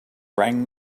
rang